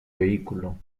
vehículo